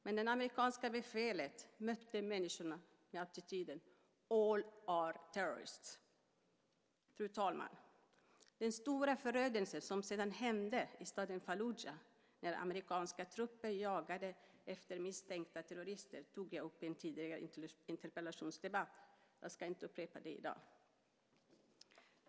Men det amerikanska befälet mötte människorna med attityden: All are terrorists! Fru talman! Den stora förödelse som sedan skedde i staden Falluja när amerikanska trupper jagade efter misstänkta terrorister tog jag upp i en tidigare interpellationsdebatt. Jag ska inte upprepa det i dag.